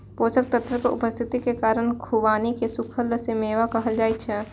पोषक तत्वक उपस्थितिक कारण खुबानी कें सूखल मेवा कहल जाइ छै